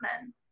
men